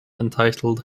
entitled